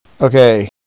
Okay